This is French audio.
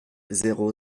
zéro